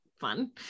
fun